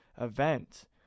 event